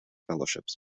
fellowships